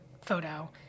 photo